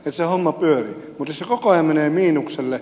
mutta jos se koko ajan menee miinukselle